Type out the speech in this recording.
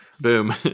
Boom